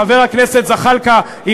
חבר הכנסת זחאלקה,